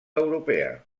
europea